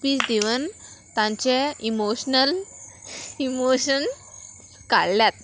speech दिवन तांचे emotional emotion काडल्यात